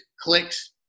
clicks